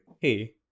hey